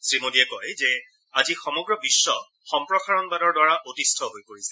শ্ৰীমোডীয়ে কয় যে আজি সমগ্ৰ বিশ্ব সম্প্ৰসাৰণবাদৰ দ্বাৰা অতিষ্ঠ হৈ পৰিছে